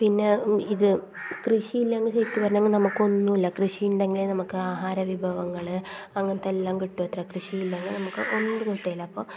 പിന്നെ ഇത് കൃഷി ഇല്ലെങ്കിൽ തെറ്റ് വന്നെങ്കിൽ നമുക്കൊന്നുമില്ല കൃഷി ഉണ്ടെങ്കിലേ നമുക്ക് ആഹാര വിഭവങ്ങൾ അങ്ങനത്തെ എല്ലാം കിട്ടൂ അത്രെ കൃഷിയില്ലെങ്കിൽ നമുക്ക് ഒന്നും കിട്ടില്ല അപ്പോൾ